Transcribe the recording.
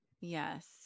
Yes